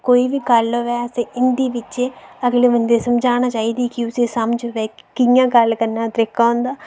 कोई बी गल्ल होऐ असैं हिन्दी बिच्च अगले बंदे गी समझाना चाही दी कि कियां गल्ल करने दा तरीका औंदा